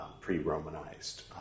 pre-Romanized